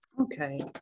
Okay